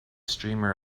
streamer